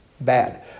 bad